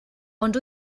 ond